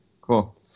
Cool